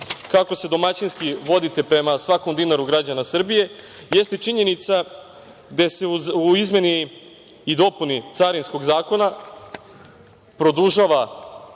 kako se domaćinski vodite prema svakom dinaru građana Srbije, jeste činjenica gde se u izmeni i dopuni Carinskog zakona produžava